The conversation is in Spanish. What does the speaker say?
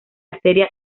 arteria